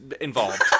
involved